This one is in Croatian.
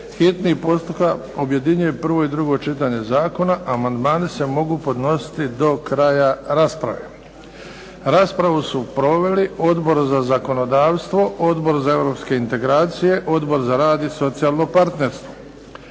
hitni postupak objedinjuje prvo i drugo čitanje zakona. Amandmani se mogu podnositi do kraja rasprave. Raspravu su proveli Odbor za zakonodavstvo, Odbor za europske integracije, Odbor za rad i socijalno partnerstvo,